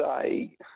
say